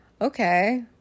Okay